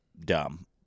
dumb